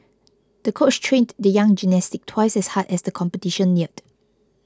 the coach trained the young gymnast twice as hard as the competition neared